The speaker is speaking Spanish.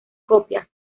copias